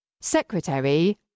Secretary